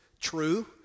true